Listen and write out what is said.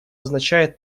означает